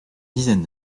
dizaine